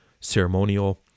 ceremonial